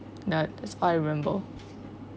that's what I remember